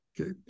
Okay